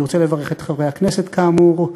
אני רוצה לברך את חברי הכנסת, כאמור,